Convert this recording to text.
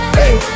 hey